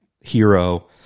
hero